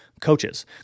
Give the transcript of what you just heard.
coaches